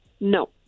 No